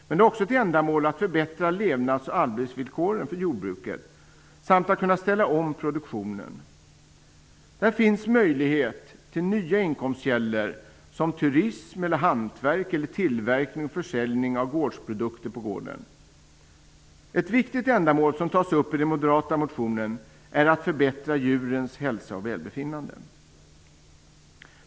Men det har också till ändamål att förbättra levnads och arbetsvillkoren vid jordbruken samt ge möjlighet att ställa om produktionen. Där finns möjlighet till nya inkomstkällor som turism, hantverk eller tillverkning och försäljning av gårdsprodukter på gården. Ett viktigt ändamål som tas upp i den moderata motionen är att förbättra djurens hälsa och välbefinnande.